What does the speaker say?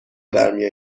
درمی